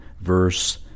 verse